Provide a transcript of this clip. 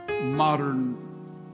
modern